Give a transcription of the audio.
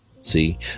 See